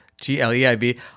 G-L-E-I-B